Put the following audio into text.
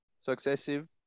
successive